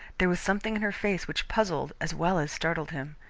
there was something in her face which puzzled as well as startled him.